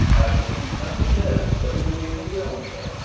i shall keep nothing there, but it will give me the entree.